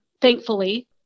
thankfully